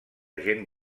gent